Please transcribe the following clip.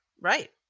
Right